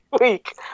week